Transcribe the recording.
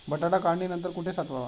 बटाटा काढणी नंतर कुठे साठवावा?